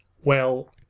well.